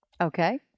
Okay